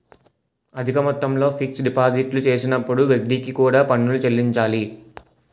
అధిక మొత్తంలో ఫిక్స్ డిపాజిట్లు చేసినప్పుడు వడ్డీకి కూడా పన్నులు చెల్లించాలి